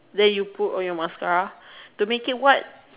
then you put on your mascara to make it what